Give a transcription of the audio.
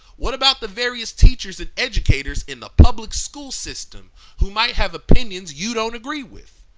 what about the various teachers and educators in the public school system who might have opinions you don't agree with?